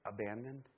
abandoned